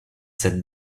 cette